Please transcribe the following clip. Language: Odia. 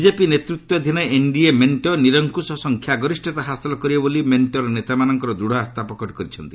ବିଜେପି ନେତୃତ୍ୱାଧୀନ ଏନ୍ଡିଏ ମେଣ୍ଟ ନିରଙ୍କୁଶ ସଂଖ୍ୟାଗରିଷତା ହାସଲ କରିବ ବୋଲି ମେଣ୍ଟର ନେତାମାନେ ଦୃଢ଼ ଆସ୍ଥା ପ୍ରକଟ କରିଛନ୍ତି